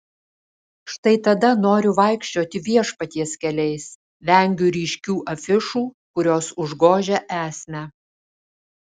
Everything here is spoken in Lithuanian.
štai tada noriu vaikščioti viešpaties keliais vengiu ryškių afišų kurios užgožia esmę